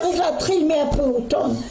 צריך להתחיל מהפעוטון.